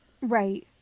Right